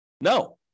No